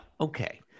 okay